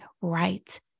right